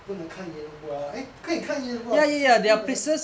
不能看烟花 eh 可以看烟火只是不能